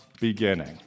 beginning